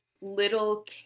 little